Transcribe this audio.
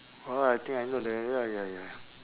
orh I think I know the ya ya ya